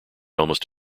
almost